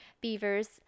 beavers